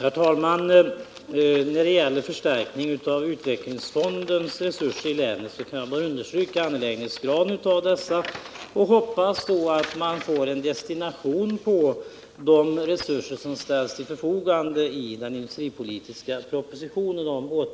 Herr talman! När det gäller frågan om förstärkning av utvecklingsfondens resurser kan jag bara understryka angelägenheten av detta och uttala förhoppningen att man får en vettig destination på de resurser som kommer att ställas till förfogande genom den industripolitiska propositionen om